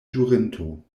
ĵurinto